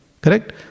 Correct